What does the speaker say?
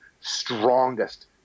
strongest